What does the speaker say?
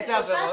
איזה עבירות?